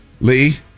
Lee